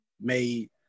made